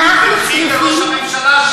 תלכי לראש הממשלה שלך.